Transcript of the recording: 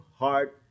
heart